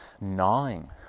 gnawing